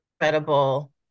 incredible